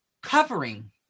covering